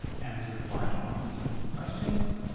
answer y on each of these questions,